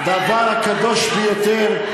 דבר קדוש ביותר,